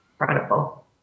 incredible